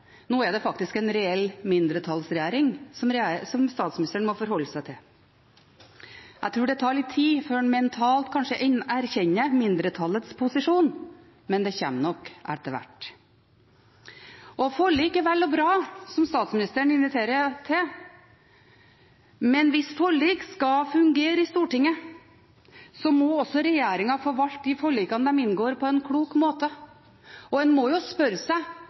tar litt tid før en mentalt erkjenner mindretallets posisjon, men det kommer nok etter hvert. Forlik, som statsministeren inviterer til, er vel og bra, men hvis forlik skal fungere i Stortinget, må også regjeringen forvalte de forlikene de inngår, på en klok måte. En må jo spørre seg